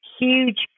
huge